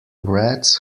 wreaths